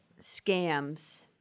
scams